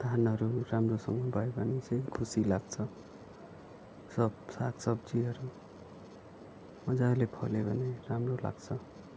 धानहरू राम्रोसँग भयो भने चाहिँ खुसी लाग्छ सब सागसब्जीहरू मजाले फल्यो भने राम्रो लाग्छ